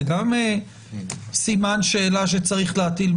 זה גם סימן שאלה שצריך להטיל.